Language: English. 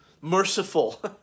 merciful